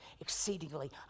exceedingly